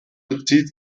bezieht